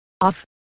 off